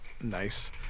Nice